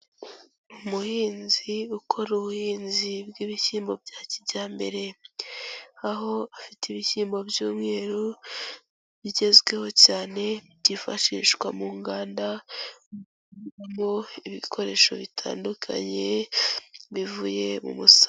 Umuhinzi ukora ubuhinzi bw'ibishyimbo bya kijyambere aho afite ibishyimbo by'umweru bigezweho cyane, byifashishwa mu nganda bikorwamo ibikoresho bitandukanye bivuye mu musaruro.